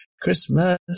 Christmas